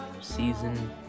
season